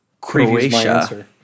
Croatia